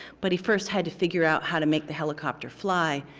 but he first had to figure out how to make the helicopter fly,